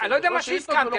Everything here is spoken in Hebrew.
לא שאילתות ולא חוקים.